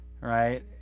right